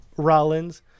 Rollins